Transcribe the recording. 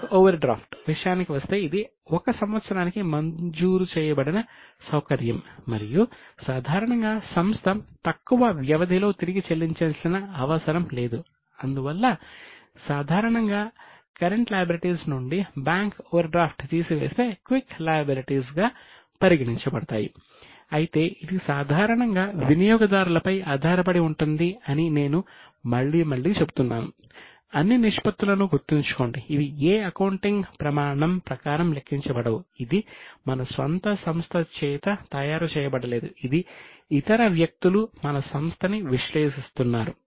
bank overdraft ప్రకారం లెక్కించబడవు ఇది మన స్వంత సంస్థ చేత తయారు చేయబడలేదు ఇతర వ్యక్తులు మన సంస్థని విశ్లేషిస్తున్నారు